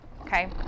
okay